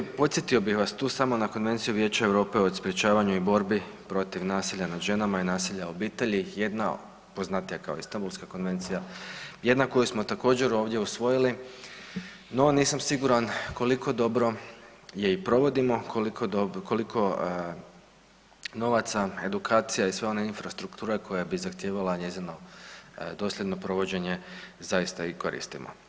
Sjetio, podsjetio bih vas tu samo na Konvenciju Vijeća EU o sprječavanju i borbi protiv nasilja nad ženama i nasilja u obitelji, jedna, poznatija kao Istambulska konvencija, jedna koju smo također, ovdje usvojili, no, nisam siguran koliko dobro je i provodimo, koliko novaca, edukacija i sve one infrastrukture koje bi zahtijevala njezino dosljedno provođenje, zaista i koristimo.